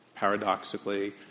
Paradoxically